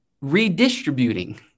redistributing